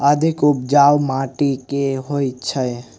अधिक उपजाउ माटि केँ होइ छै?